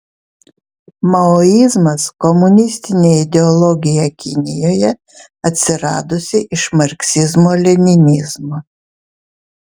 maoizmas komunistinė ideologija kinijoje atsiradusi iš marksizmo leninizmo